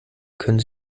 können